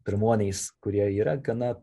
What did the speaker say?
pirmuonys kurie yra gana